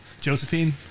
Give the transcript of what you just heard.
Josephine